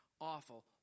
Awful